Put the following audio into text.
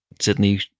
Sydney